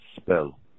spell